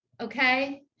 okay